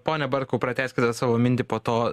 pone bartkau pratęskite savo mintį po to